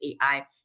AI